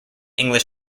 english